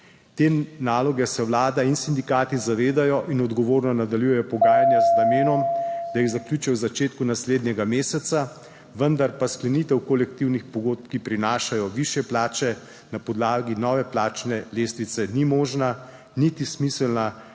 Te naloge se vlada in sindikati zavedajo in odgovorno nadaljujejo pogajanja z namenom, da jih zaključi v začetku naslednjega meseca. Vendar pa sklenitev kolektivnih pogodb, ki prinašajo višje plače na podlagi nove plačne lestvice, ni možna niti smiselna,